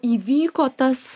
įvyko tas